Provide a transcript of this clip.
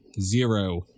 zero